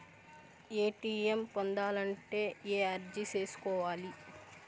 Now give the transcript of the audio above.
ATM పొందాలంటే ఎలా అర్జీ సేసుకోవాలి?